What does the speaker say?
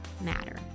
matter